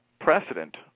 precedent